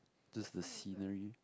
just the scenery